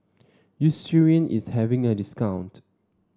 eucerin is having a discount